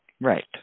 Right